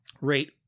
rate